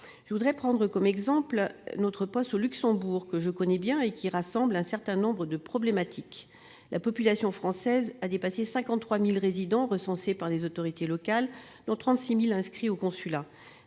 Je voudrais prendre comme exemple notre poste au Luxembourg, que je connais bien et qui rassemble un certain nombre de problématiques. La population française a dépassé 53 000 résidents- c'est le nombre recensé par les autorités locales -, dont 36 000 inscrits au consulat.